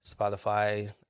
Spotify